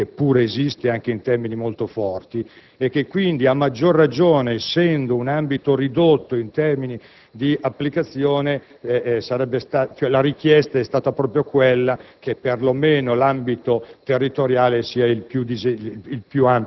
più generale degli sfratti, che pure esiste, anche in termini molto forti; quindi, a maggior ragione, essendo un ambito ridotto in termini di applicazione, la richiesta è stata proprio quella che perlomeno l'ambito